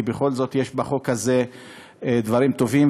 כי בכל זאת יש בחוק הזה דברים טובים,